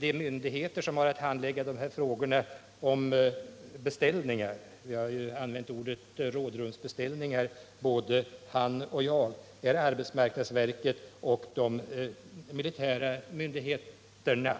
de myndigheter som har att handlägga frågor om beställningar — både han och jag har använt ordet rådrumsbeställningar — är arbetsmarknadsverket och de militära myndigheterna.